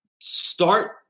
start